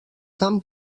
tan